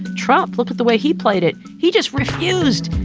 trump look at the way he played it. he just refused.